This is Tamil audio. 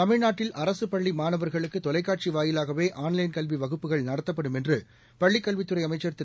தமிழ்நாட்டில் அரசுபள்ளிமாணவர்களுக்குதொலைக்காட்சிவாயிலாகவேஆன்லைன் கல்விவகுப்புகள் நடத்தப்படும் என்றுபள்ளிக் கல்வித்துறைஅமைச்சர் திரு